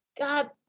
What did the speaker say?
God